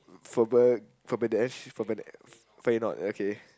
fair not okay